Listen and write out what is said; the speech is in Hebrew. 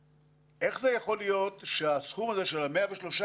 ואיך זה יכול להיות שהסכום הזה של ה-103